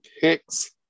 picks